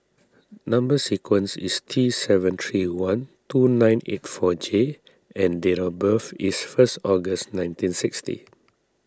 Number Sequence is T seven three one two nine eight four J and date of birth is first August nineteen sixty